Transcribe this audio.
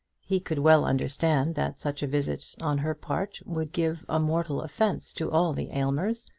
he could well understand that such a visit on her part would give a mortal offence to all the aylmers.